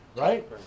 right